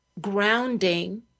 grounding